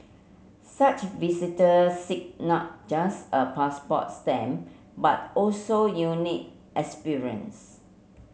such visitors seek not just a passport stamp but also unique experience